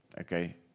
Okay